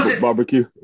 Barbecue